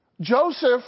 Joseph